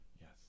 Yes